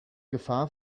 gefahr